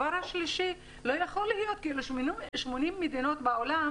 שלישית, לא ייתכן ש-80 מדינות בעולם